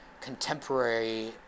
contemporary